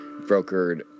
brokered